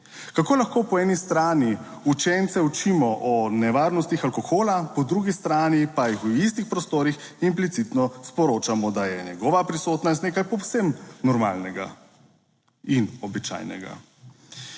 Kako lahko po eni strani učence učimo o nevarnostih alkohola, po drugi strani pa jih v istih prostorih implicitno sporočamo, da je njegova prisotnost nekaj povsem normalnega in običajnega.